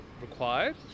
required